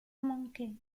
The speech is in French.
manquée